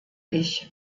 ich